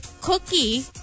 cookie